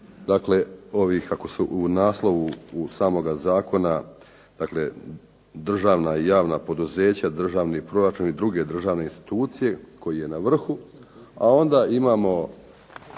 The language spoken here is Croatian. dakle ovih kako se u naslovu samoga zakona, dakle državna i javna poduzeća, državni proračun i druge državne institucije koji je na vrhu, a onda imamo